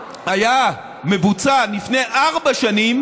היה מבוצע לפני ארבע שנים,